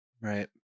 Right